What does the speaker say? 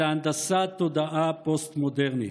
אלא הנדסת תודעה פוסט-מודרנית.